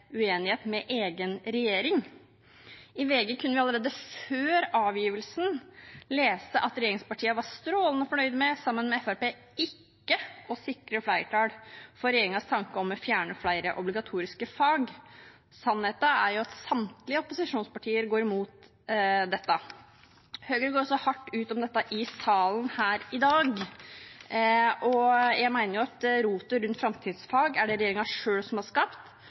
uenighet med egen regjering. I VG kunne vi allerede før avgivelsen lese at regjeringspartiene, sammen med Fremskrittspartiet, var strålende fornøyd med ikke å sikre flertall for regjeringens tanke om å fjerne flere obligatoriske fag. Sannheten er jo at samtlige opposisjonspartier går imot dette. Høyre går også hardt ut om dette i salen her i dag. Jeg mener at rotet rundt framtidsfag er det regjeringen selv som har skapt,